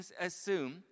assume